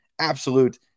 Absolute